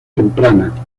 temprana